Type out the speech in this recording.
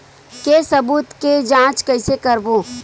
के सबूत के जांच कइसे करबो?